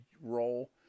role